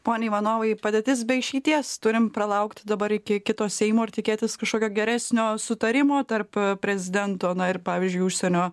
pone ivanovai padėtis be išeities turim pralaukti dabar iki kito seimo ir tikėtis kažkokio geresnio sutarimo tarp prezidento na ir pavyzdžiui užsienio